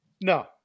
No